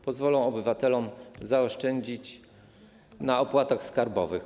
Pozwolą obywatelom zaoszczędzić na opłatach skarbowych.